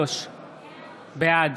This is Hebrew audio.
בעד